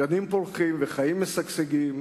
גנים פורחים וחיים משגשגים,